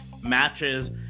matches